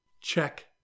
check